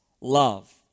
love